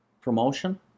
promotion